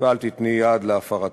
ואל תיתני יד להפרתו.